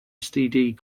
std